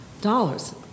dollars